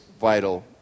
vital